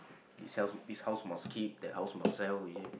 he says this house must keep that house must sell